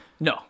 No